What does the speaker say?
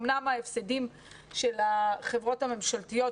אומנם ההפסדים של החברות הממשלתיות,